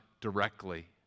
directly